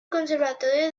conservatorio